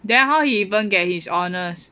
then how he even get his honours